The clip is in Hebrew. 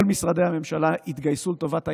כל משרדי הממשלה התגייסו לטובת העניין,